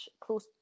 close